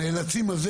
הנאלצים הזה,